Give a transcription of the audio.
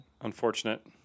Unfortunate